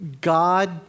God